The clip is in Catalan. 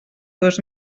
dos